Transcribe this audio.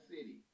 city